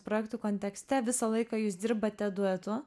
projektų kontekste visą laiką jūs dirbate duetu